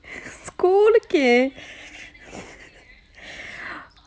school உக்கு:ukku